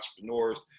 entrepreneurs